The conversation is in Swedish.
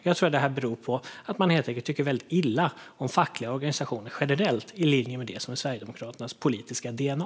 Jag tror att det beror på att man helt enkelt tycker väldigt illa om fackliga organisationer generellt, i linje med det som är Sverigedemokraternas politiska DNA.